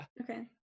Okay